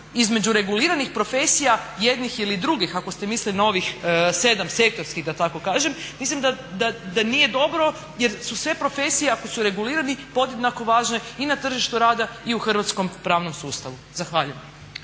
između reguliranih profesija jednih ili drugih, ako ste mislili na ovih 7 sektorskih da tako kažem, mislim da nije dobro jer su sve profesije ako su regulirane podjednako važne i na tržištu rada i u hrvatskom pravnom sustavu. Zahvaljujem.